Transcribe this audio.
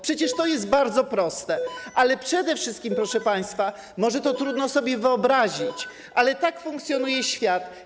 Przecież to jest bardzo proste, a przede wszystkim, proszę państwa - co może trudno jest sobie wyobrazić - tak funkcjonuje świat.